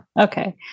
Okay